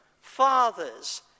fathers